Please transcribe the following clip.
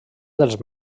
dels